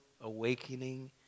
awakening